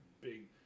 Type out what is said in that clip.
big